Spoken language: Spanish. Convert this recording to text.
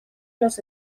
los